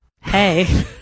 hey